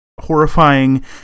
horrifying